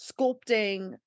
sculpting